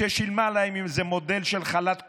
ושילמה להם איזה מודל של חל"ת כושל,